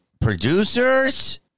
producers